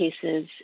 cases